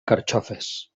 carxofes